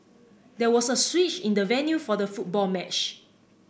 there was a switch in the venue for the football match